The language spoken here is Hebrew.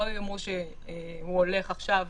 לא יאמרו שהוא הולך עכשיו